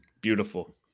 Beautiful